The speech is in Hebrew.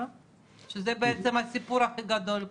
שזה בעצם הסיפור הכי גדול פה.